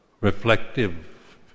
reflective